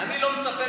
את יכולה להצביע